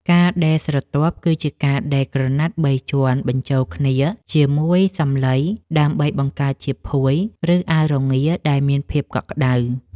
ការដេរស្រទាប់ គឺជាការដេរក្រណាត់បីជាន់បញ្ចូលគ្នាជាមួយសំឡី ដើម្បីបង្កើតជាភួយ ឬអាវរងាដែលមានភាពកក់ក្ដៅ។